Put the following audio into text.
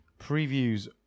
Previews